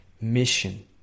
mission